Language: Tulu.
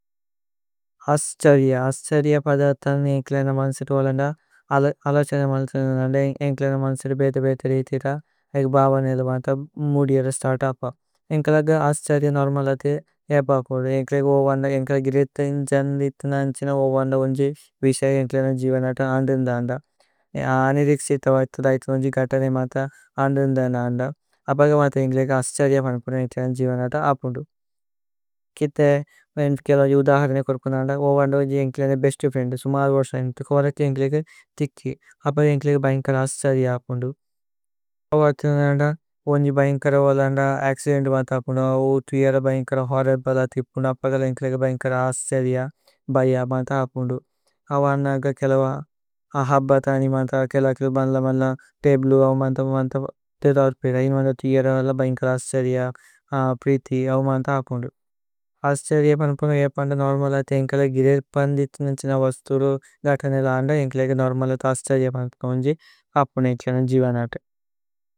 അṣṭഅരിയ, അṣṭഅരിയ ഫðഅര്ഥനേ ഏന്കിലേന। മṁസിത് വോലന്ദ അലചേന മṁസിത് വോലന്ദ। ഏന്കിലേന മṁസിത് ബേതി ബേതി രിṭഹിത ഏക। ഭവ നിലുമന്ത മുധിയര സ്തṭഅപ ഏന്കിലഗ। അṣṭഅരിയ നോര്മലതി ഏപപുന്ദു ഏന്കിലഗ ഓവന്ദ। ഏന്കില ഗ്ṛഇതñജന് നിതññഅന്ചിന ഓവന്ദ ഉന്ജി। വിṣഅയ ഏന്കിലേന ജിവനത അന്ദ്രിന്ദന്ദ। അനിരിക്ṣഇത വര്ഥ ദൈഥി ഉന്ജി ഗṭഅനേ മṭഅ। അന്ദ്രിന്ദന്ദ അപഗ മṭഅ ഏന്കിലഗ അṣṭഅരിയ। ഫðഅര്ഥനേ ഏന്കിലേന ജിവനത അപുന്ദു। കിഥേ ഉന്ജി കേലോ ഉന്ജി ഉദഹരനേ കോര്പുന്ദന്ദ। ഓവന്ദ ഉന്ജി ഏന്കിലേന ബേസ്ത് ഫ്രിഏന്ദ് സുമര്വര്സനി। തുഖോരകി ഏന്കിലഗ തിക്കി അപഗ ഏന്കിലഗ ബṅകര। അṣṭഅരിയ അപുന്ദു ഓവന്ദ ഉന്ജി ബṅകര ഓവന്ദ। അക്ചിദേന്ത് മṭഅ അപുന്ദു തുയര ബṅകര ഹോര്രിബ്ലേ। അതിപുന്ദു അപഗ ഏന്കിലഗ ബṅകര അṣṭഅരിയ। ഭയ മṭഅ അപുന്ദു ഓവന്ദ കേലോ ഹബതനി മṭഅ। കേലോ കേലോ മṭഅ മṭഅ തബ്ലു മṭഅ മṭഅ തുയര। മṭഅ ബṅകര അṣṭഅരിയ പ്രിതി മṭഅ। അപുന്ദു അṣṭഅരിയ പനപന ഉന്ജി ഏന്കിലഗ। നോര്മലത അപുന്ദു അപുന്ദു ഏന്കിലന ജിവനത।